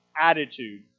attitude